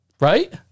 Right